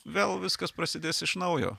vėl viskas prasidės iš naujo